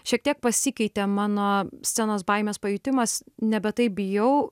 šiek tiek pasikeitė mano scenos baimės pajutimas nebe taip bijau